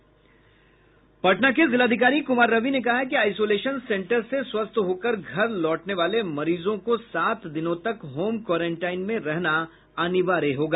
पटना के जिलाधिकारी कुमार रवि ने कहा है कि आईसोलेशन सेन्टर से स्वस्थ होकर घर लौटने वाले मरीजों को सात दिनों तक होम क्वारेंटाइन में रहना अनिवार्य होगा